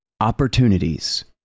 Opportunities